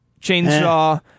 chainsaw